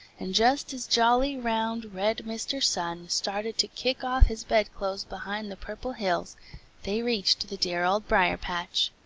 and just as jolly, round, red mr. sun started to kick off his bedclothes behind the purple hills they reached the dear old briar-patch.